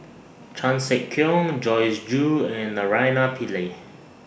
Chan Sek Keong Joyce Jue and Naraina Pillai